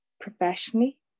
professionally